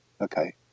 okay